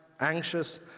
anxious